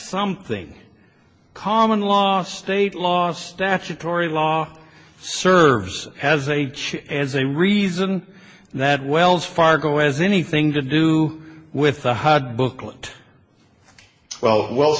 something common law state law statutory law serves as a as a reason that wells fargo as anything to do with the hud booklet twelve wells